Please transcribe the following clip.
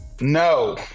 No